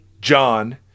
John